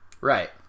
Right